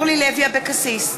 אבקסיס,